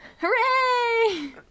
Hooray